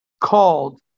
called